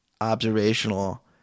observational